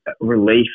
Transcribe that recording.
relief